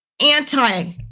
anti